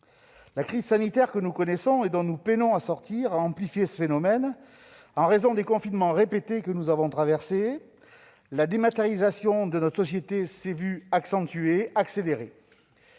La crise sanitaire que nous subissons et dont nous peinons à sortir a amplifié ce phénomène. En raison des confinements répétés que nous avons traversés, la dématérialisation de notre société a été accentuée, accélérée,